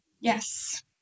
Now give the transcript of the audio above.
Yes